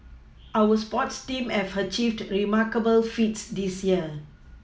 our sports teams have achieved remarkable feats this year